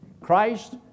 Christ